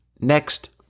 Next